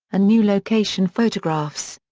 and new location photographs.